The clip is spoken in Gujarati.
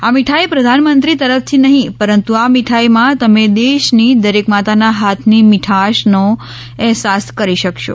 આ મીઠાઈ પ્રધાનમંત્રી તરફથી નહીં પરંતુ આ મીઠાઈમાં તમે દેશની દરેક માતાના હાથની મીઠાશનો અહેસાસ કરી શકશો